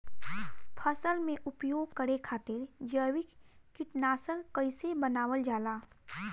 फसल में उपयोग करे खातिर जैविक कीटनाशक कइसे बनावल जाला?